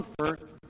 comfort